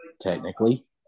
technically